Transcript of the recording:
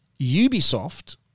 Ubisoft